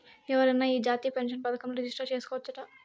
ఎవరైనా ఈ జాతీయ పెన్సన్ పదకంల రిజిస్టర్ చేసుకోవచ్చట